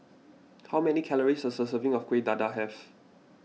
how many calories does a serving of Kuih Dadar have